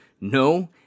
no